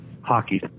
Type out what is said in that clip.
hockey